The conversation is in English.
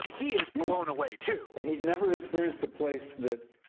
um he is blown away, too. he'd never experienced a place that,